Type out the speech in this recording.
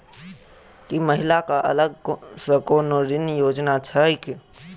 की महिला कऽ अलग सँ कोनो ऋण योजना छैक?